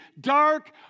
dark